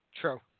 True